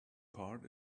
part